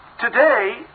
Today